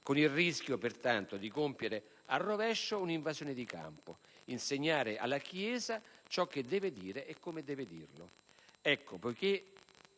Con il rischio, pertanto, di compiere a rovescio un'invasione di campo: insegnare alla Chiesa ciò che deve dire e come deve dirlo.